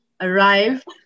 arrived